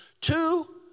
Two